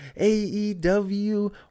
AEW